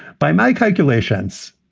by my calculations,